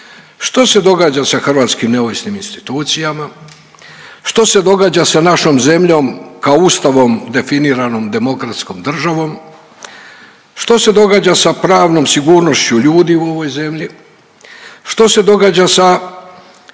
Što se događa sa hrvatskim neovisnim institucijama? Što se događa sa našom zemljom kao Ustavom definiranom demokratskom državom? Što se događa sa pravnom sigurnošću ljudi u ovoj zemlji? Što se događa se